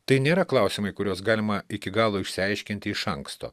tai nėra klausimai kuriuos galima iki galo išsiaiškinti iš anksto